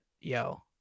Yo